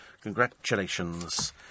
Congratulations